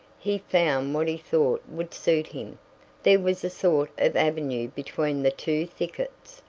he found what he thought would suit him there was a sort of avenue between the two thickets,